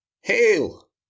hail